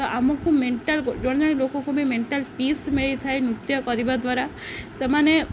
ତ ଆମକୁ ମେଣ୍ଟାଲ୍ ଜଣେ ଜଣେ ଲୋକଙ୍କୁ ବି ମେଣ୍ଟାଲ୍ ପିସ୍ ମିଳିଥାଏ ନୃତ୍ୟ କରିବା ଦ୍ୱାରା ସେମାନେ